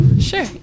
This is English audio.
sure